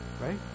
Right